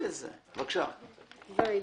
"(ז)